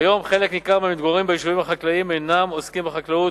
כיום חלק ניכר מהמתגוררים ביישובים חקלאיים אינם עוסקים בחקלאות.